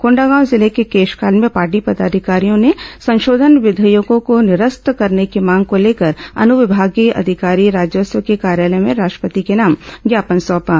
कोंडागांव जिले के केशकाल में पार्टी पदाधिकारियों ने संशोधन विधेयकों को निरस्त करने की मांग को लेकर अनुविमागीय अधिकारी राजस्व के कार्यालय में राष्ट्रपति के नाम ज्ञापन सौंपा